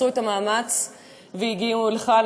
שעשו את המאמץ והגיעו לכאן.